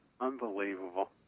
Unbelievable